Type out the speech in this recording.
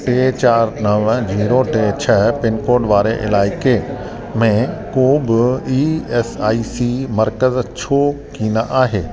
टे चारि नव जीरो टे छह पिनकोड वारे इलाइक़े में को बि ई एस आई सी मर्कज़ छो कोन आहे